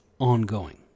ongoing